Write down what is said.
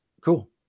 Cool